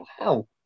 wow